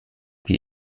wir